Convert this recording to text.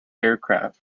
aircraft